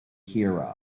hear